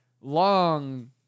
long